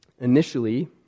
Initially